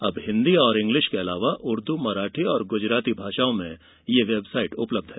अब हिन्दी और इंग्लिश के अलावा उर्द मराठी और गुजराती भाषाओं में यह वेबसाइट उपलब्ध है